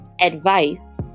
advice